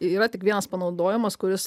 yra tik vienas panaudojamas kuris